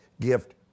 gift